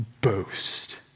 boast